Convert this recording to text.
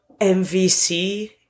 MVC